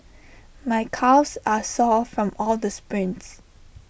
my calves are sore from all the sprints